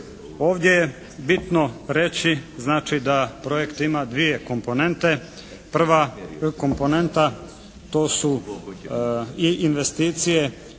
Ovdje je bitno reći znači da projekt ima dvije komponente. Prva komponenta, to su i investicije